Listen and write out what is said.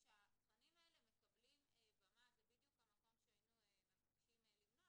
שהתכנים האלה מקבלים במה זה בדיוק המקום שהיינו מבקשים למנוע